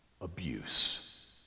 abuse